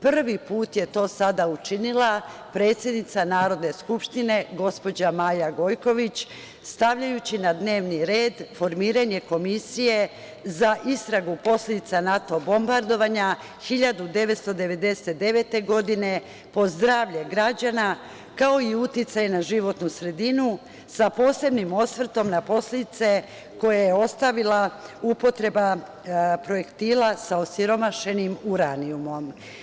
Prvi put je to sada učinila predsednika Narodne skupštine, gospođa Maja Gojković, stavljajući na dnevni red formiranje komisije za istragu posledica NATO bombardovanja 1999. godine po zdravlje građana, kao i uticaj na životnu sredinu, sa posebnim osvrtom na posledice koje je ostavila upotreba projektila sa osiromašenim uranijumom.